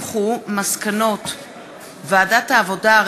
מסקנות ועדת העבודה,